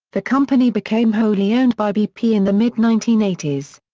the company became wholly owned by bp in the mid nineteen eighty s.